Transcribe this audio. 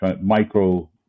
micro